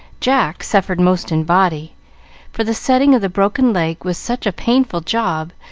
jack suffered most in body for the setting of the broken leg was such a painful job,